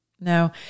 No